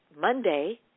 Monday